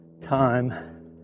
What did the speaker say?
time